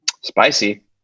Spicy